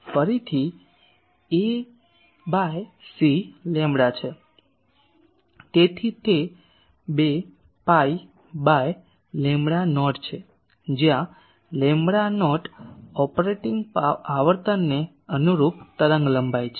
ફરીથી એ by c lambda છે તેથી તે 2 પાઇ બાય લેમ્બડા નોટ છે જ્યાં લેમ્બડા નોટ ઓપરેટિંગ આવર્તનને અનુરૂપ તરંગલંબાઇ છે